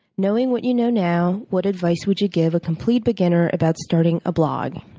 knowing what you know now, what advice would you give a complete beginner about starting a blog?